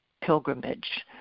pilgrimage